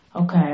okay